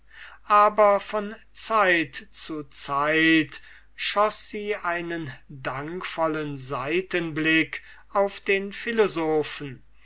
aber von zeit zu zeit schoß sie einen dankvollen seitenblick auf den philosophen